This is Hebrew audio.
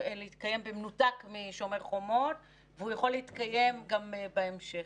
בכל הקשר שהוא.